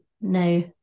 no